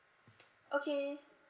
okay